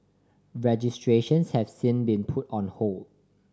registrations have since been put on hold